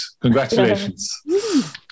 congratulations